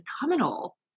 phenomenal